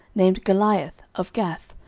named goliath, of gath,